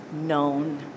known